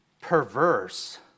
perverse